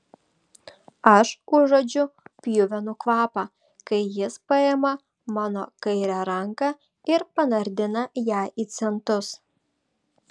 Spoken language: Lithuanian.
aš užuodžiu pjuvenų kvapą kai jis paima mano kairę ranką ir panardina ją į centus